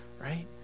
Right